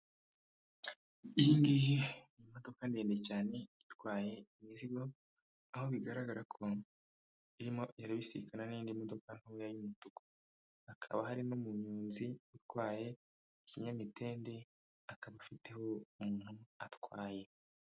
Iyingiyi n'imodoka ndende cyane itwaye imizigo, aho bigaragara ko irimo irabisikana n'indi modoka ntoya y'umutuku, hakaba hari n'umuyonzi utwaye ikinyamitende, akaba afiteho umuntu atwaye.